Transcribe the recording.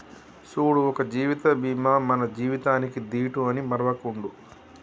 సూడు ఒక జీవిత బీమా మన జీవితానికీ దీటు అని మరువకుండు